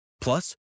Plus